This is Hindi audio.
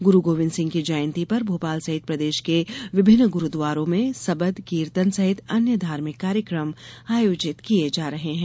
गुरु गोविन्द सिंह की जयंती पर भोपाल सहित प्रदेश के विभिन्न गुरुद्वारों में सबद कीर्तन सहित अन्य धार्मिक कार्यक्रम आयोजित किये जा रहे हैं